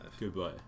Goodbye